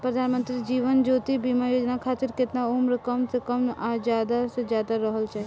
प्रधानमंत्री जीवन ज्योती बीमा योजना खातिर केतना उम्र कम से कम आ ज्यादा से ज्यादा रहल चाहि?